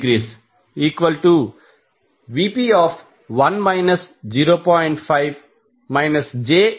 866 0